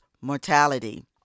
mortality